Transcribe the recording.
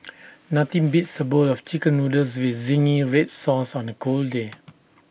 nothing beats A bowl of Chicken Noodles with Zingy Red Sauce on A cold day